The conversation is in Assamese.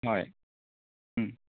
হয়